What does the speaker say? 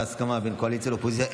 בהסכמה בין קואליציה לאופוזיציה,